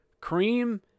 cream